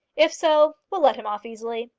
if so, we'll let him off easily.